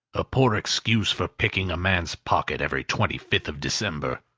a poor excuse for picking a man's pocket every twenty-fifth of december!